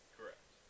Correct